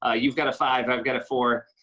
ah you've got a five. i've got a four.